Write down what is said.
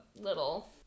little